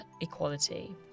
equality